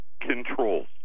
controls